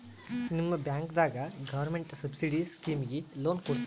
ನಿಮ ಬ್ಯಾಂಕದಾಗ government subsidy ಸ್ಕೀಮಿಗಿ ಲೊನ ಕೊಡ್ಲತ್ತೀರಿ?